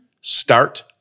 start